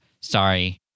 sorry